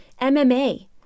MMA